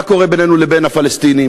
מה קורה בינינו לבין הפלסטינים,